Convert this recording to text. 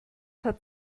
hat